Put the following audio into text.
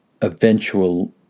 eventual